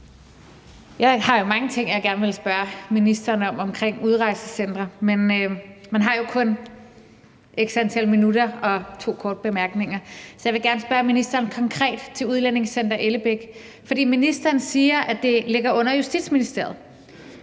om udrejsecentre, som jeg gerne vil spørge ministeren om, men jeg har jo kun x antal minutter og to korte bemærkninger. Så jeg vil gerne konkret spørge ministeren om Udlændingecenter Ellebæk. Ministeren siger, at det ligger under Justitsministeriet.